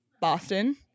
Boston